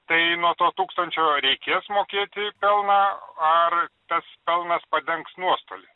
tai nuo to tūkstančio reikės mokėti pelną ar tas pelnas padengs nuostolį